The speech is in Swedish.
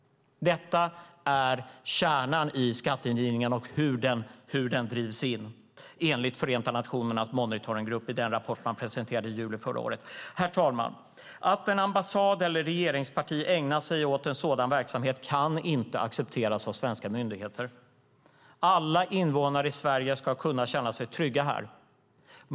Detta är kärnan i skatteindrivningen och hur den sker, enligt Förenta nationernas monitoringgrupp i den rapport man presenterade i juli förra året. Herr talman! Att en ambassad eller ett regeringsparti ägnar sig åt en sådan verksamhet kan inte accepteras av svenska myndigheter. Alla invånare i Sverige ska kunna känna sig trygga här.